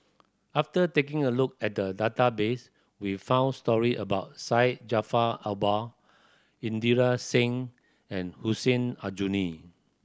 after taking a look at the database we found story about Syed Jaafar Albar Inderjit Singh and Hussein Aljunied